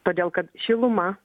todėl kad šiluma